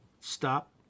stop